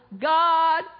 God